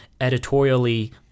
editorially